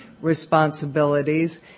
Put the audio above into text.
responsibilities